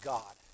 God